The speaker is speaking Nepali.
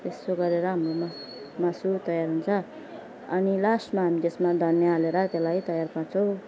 त्यस्तो गरेर हाम्रोमा मासु तयार हुन्छ अनि लास्टमा हामी त्यसमा धनियाँ हालेर त्यसलाई तयार पार्छौँ